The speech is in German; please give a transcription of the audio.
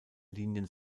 linien